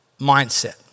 mindset